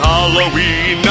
Halloween